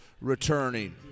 returning